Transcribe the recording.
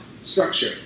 structure